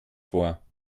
vor